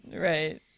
right